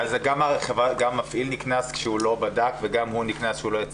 גם מפעיל נקנס כשהוא לא בדק וגם הוא נקנס שהוא לא הציג.